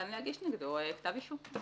ניתן להגיש נגדו כתב אישום.